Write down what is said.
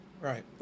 Right